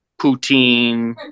poutine